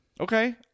Okay